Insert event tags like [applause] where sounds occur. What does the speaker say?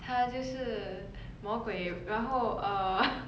他就是魔鬼然后 err [noise]